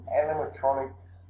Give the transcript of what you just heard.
animatronics